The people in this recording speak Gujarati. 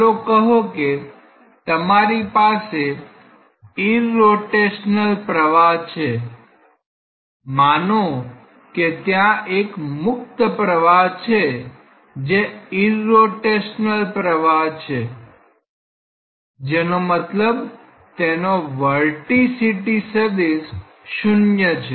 ચાલો કહો કે તમારી પાસે ઈરરોટેશનલ પ્રવાહ છે માનો કે ત્યાં એક મુક્ત પ્રવાહ છે જે ઈરરોટેશનલ પ્રવાહ છે જેનો મતલબ તેનો વર્ટિસિટી સદીશ શૂન્ય છે